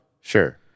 Sure